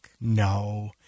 No